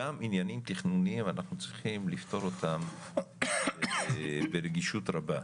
גם עניינים תכנוניים אנחנו צריכים לפתור אותם ברגישות רבה,